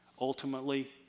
Ultimately